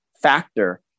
factor